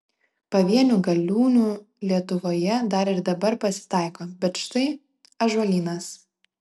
pavienių galiūnų lietuvoje dar ir dabar pasitaiko bet štai ąžuolynas